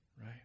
Right